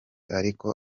ariko